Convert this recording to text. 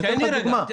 תן לי רגע.